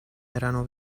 erano